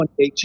2018